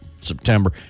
September